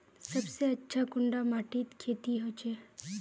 सबसे अच्छा कुंडा माटित खेती होचे?